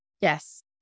Yes